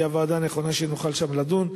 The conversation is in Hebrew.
היא הוועדה הנכונה שנוכל שם לדון.